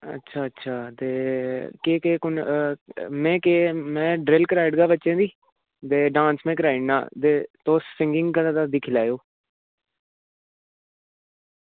अच्छा अच्छा ते केह् केह् में केह् में ड्रिल कराई ओड़दा बच्चे गी ते डांस में कराई ओड़ना ते तुस सिंगिंग कराई लैयो